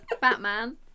batman